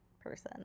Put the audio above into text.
person